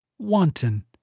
wanton